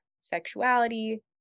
sexuality